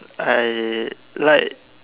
I like